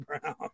brown